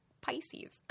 Pisces